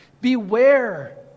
beware